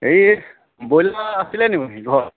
হেৰি ব্ৰইলাৰ আছিলে নি ঘৰত